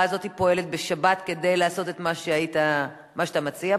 הזאת פועלת בשבת כדי לעשות את מה שאתה מציע פה?